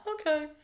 Okay